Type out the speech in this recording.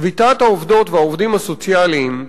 שביתת העובדות והעובדים הסוציאליים,